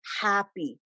happy